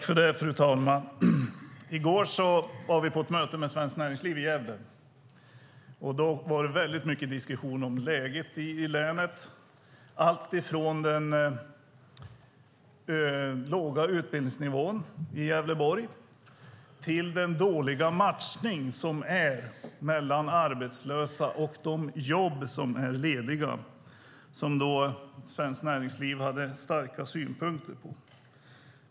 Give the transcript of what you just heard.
Fru talman! I går var vi på ett möte med Svenskt Näringsliv i Gävle. Då var det mycket diskussion om läget i länet. Det gällde alltifrån den låga utbildningsnivån i Gävleborg till den dåliga matchning som råder mellan arbetslösa och lediga arbeten, som Svenskt Näringsliv hade starka synpunkter på.